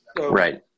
Right